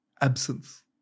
absence